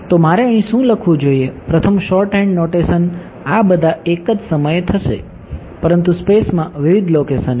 તો મારે અહીં શું લખવું જોઈએ પ્રથમ શોર્ટહેન્ડ નૉટેશન આ બધા એક જ સમયે થશે પરંતુ સ્પેસમાં વિવિધ લોકેશન એ